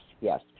Yes